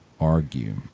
Argue